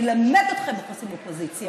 אני אלמד אתכם איך עושים אופוזיציה,